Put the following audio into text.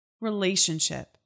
relationship